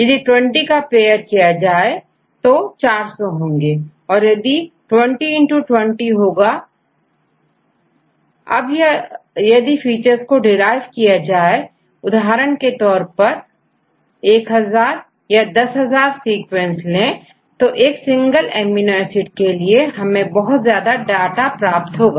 यदि 20का पेयर किया जाए तो400 होंगे क्योंकि2020 होगा छात्र8000 8000क्योंकि एड्रेस समान है तो यदि हम हल करना चाहे तो उसी डाटा का उपयोग करेंगे अब यदि फीचर्स को derive किया जाएतो उदाहरण के तौर पर1000 या10000 सीक्वेंस ले तो एक सिंगल एमिनो एसिड के लिए हमें बहुत ज्यादा डाटा प्राप्त होगा